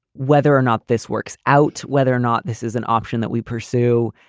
whether or not this works out, whether or not this is an option that we pursue.